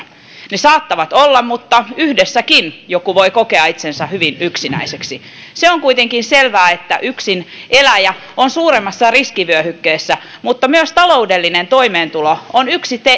ne saattavat olla mutta yhdessäkin joku voi kokea itsensä hyvin yksinäiseksi se on kuitenkin selvää että yksineläjä on suuremmassa riskivyöhykkeessä mutta myös taloudellinen toimeentulo on yksi